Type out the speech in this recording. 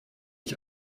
ich